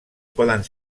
poden